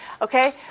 Okay